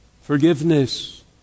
Forgiveness